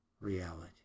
reality